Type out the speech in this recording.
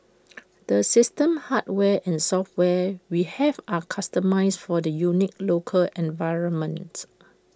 the system hardware and software we have are customised for the unique local environment